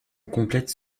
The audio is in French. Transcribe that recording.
complète